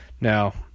Now